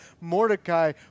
Mordecai